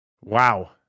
wow